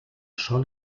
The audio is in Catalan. sol